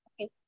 okay